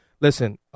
listen